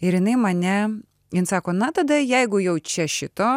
ir jinai mane jin sako na tada jeigu jau čia šito